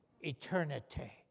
eternity